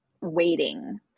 waiting